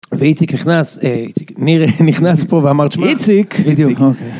ואיציק נכנס, אה... איציק... ניר נכנס פה ואמרת -תשמע, איציק, בדיוק, אוקיי.